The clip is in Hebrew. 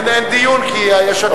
אין דיון, כי יש הצבעה.